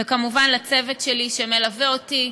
וכמובן לצוות שלי שמלווה אותי,